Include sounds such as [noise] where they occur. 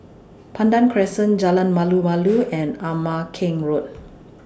Pandan Crescent Jalan Malu Malu [noise] and Ama Keng Road